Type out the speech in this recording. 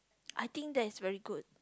I think that is very good